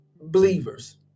believers